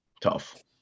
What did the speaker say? Tough